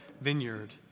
vineyard